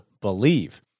believe